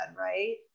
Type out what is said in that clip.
right